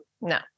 No